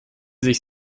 sich